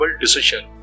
decision